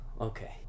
Okay